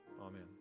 Amen